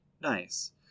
Nice